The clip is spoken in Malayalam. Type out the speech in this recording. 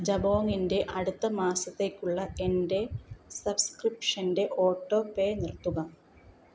ജബോംങ്ങിൻ്റെ അടുത്ത മാസത്തേക്കുള്ള എൻ്റെ സബ്സ്ക്രിപ്ഷൻ്റെ ഓട്ടോപേ നിർത്തുക